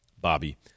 Bobby